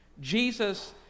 Jesus